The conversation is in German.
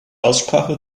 aussprache